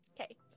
okay